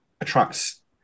attracts